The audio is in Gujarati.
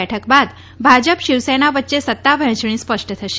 બેઠક બાદ ભાજપ શિવસેના વચ્ચે સત્તા વહેંચણી સ્પષ્ટ થશે